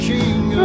King